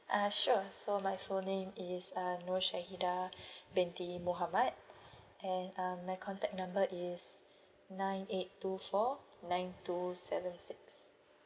uh sure so my full name is uh norshahidah binti mohammad (and um) my contact number is nine eight two four nine two seven six